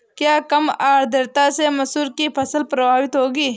क्या कम आर्द्रता से मसूर की फसल प्रभावित होगी?